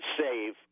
save